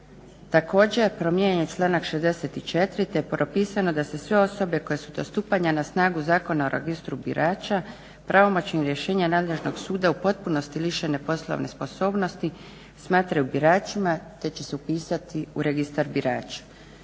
Također je promijenjen članak 64.te je propisano da su sve osobe koje su do stupanja na snagu Zakona o registru birača pravomoćnim rješenjem nadležnog suda u potpunosti lišene poslovne sposobnosti smatraju biračima te će se upisati u registar birača.